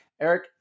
Eric